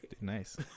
Nice